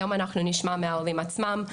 היום אנחנו נשמע מהעולים עצמם,